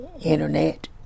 internet